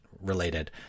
related